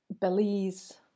Belize